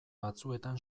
batzuetan